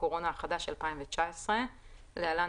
הקורונה החדש 2019 (Novel Coronavirus 2019 nCoV) (להלן,